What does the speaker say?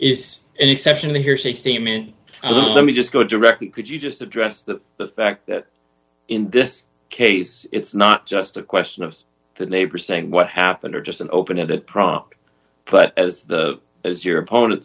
is an exception to hearsay statement let me just go directly could you just address that the fact that in this case it's not just a question of the neighbor saying what happened or just an open ended prop but as the as your opponent